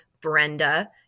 Brenda